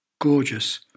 Gorgeous